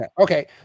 Okay